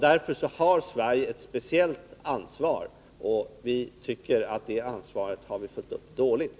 Därför har alltså Sverige ett speciellt ansvar, och vi tycker att Sverige har följt upp det ansvaret dåligt.